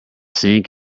sink